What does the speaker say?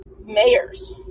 mayors